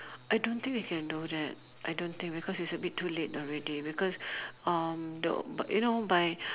I don't think we can do that I don't think because it's a bit too late already because um the you know by